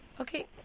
Okay